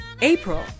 April